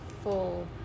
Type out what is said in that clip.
full